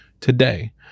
today